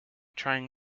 trying